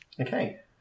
Okay